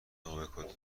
آووکادو